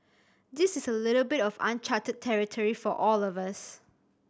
this is a little bit of uncharted territory for all of us